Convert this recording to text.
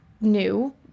new